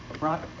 right